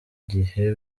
gihe